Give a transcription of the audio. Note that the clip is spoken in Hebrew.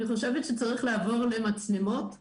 אני חושבת שצריך לעבור למצלמות און-ליין,